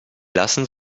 lassen